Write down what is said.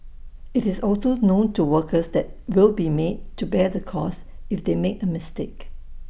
IT is also known to workers that they will be made to bear the cost if they make A mistake